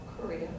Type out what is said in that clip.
Korea